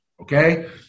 Okay